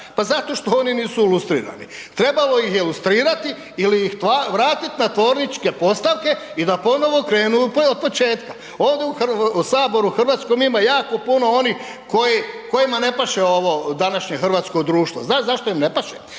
Pa zato što oni nisu lustrirani. Trebalo ih je lustrirati ili ih vratiti na tvorničke postavke i da ponovo krenu od početka. Ovdje u Saboru hrvatskom ima jako puno onih kojima ne paše ovo današnje hrvatsko društvo. Znaš zašto im ne paše?